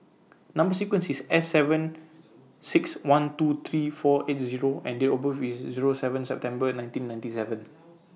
Number sequence IS S seven six one two three four eight O and Date of birth IS Zero seven September nineteen ninety seven